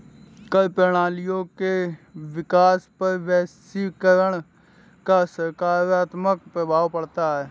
कर प्रणालियों के विकास पर वैश्वीकरण का सकारात्मक प्रभाव पढ़ता है